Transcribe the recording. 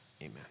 amen